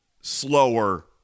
slower